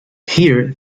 here